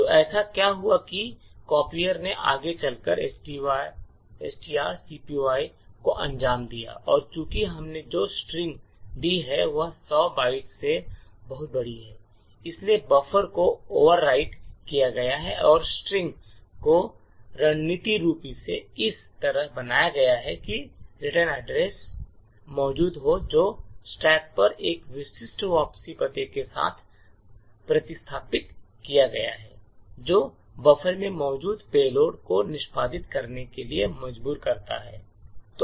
तो ऐसा क्या हुआ है कि कॉपियर ने आगे चलकर strcpy को अंजाम दिया है और चूंकि हमने जो स्ट्रिंग दी है वह 100 बाइट्स से बहुत बड़ी है इसलिए बफर को ओवरराइट किया गया है और स्ट्रिंग को रणनीतिक रूप से इस तरह बनाया गया है कि रिटर्न एड्रेस मौजूद हो जो स्टैक पर एक विशिष्ट वापसी पते के साथ प्रतिस्थापित किया गया है जो बफर में मौजूद पेलोड को निष्पादित करने के लिए मजबूर करता है